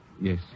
Yes